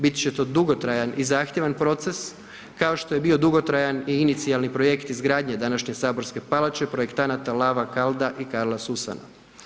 Bit će to dugotrajan i zahtjevan proces kao što je bio dugotrajan i inicijalni projekt izgradnje današnje saborske palače projektanta Lava Kalda i Karla Susana.